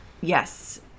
Yes